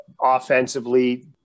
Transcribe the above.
offensively